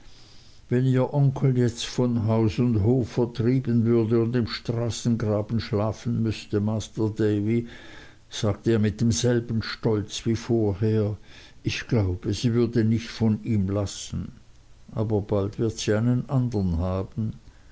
wenn ihr onkel jetzt von haus und hof vertrieben würde und im straßengraben schlafen müßte masr davy sagte er mit demselben stolz wie früher ich glaube sie würde nicht von ihm lassen aber bald wird sie einen andern haben